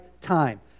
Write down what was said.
time